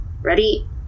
Ready